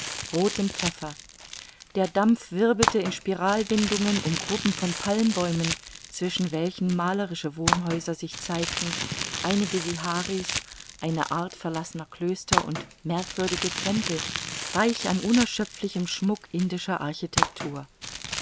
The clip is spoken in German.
rothem pfeffer der dampf wirbelte in spiralwindungen um gruppen von palmbäumen zwischen welchen malerische wohnhäuser sich zeigten einige viharis eine art verlassener klöster und merkwürdige tempel reich an unerschöpflichem schmuck indischer architektur